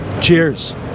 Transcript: cheers